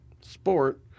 Sport